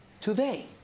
today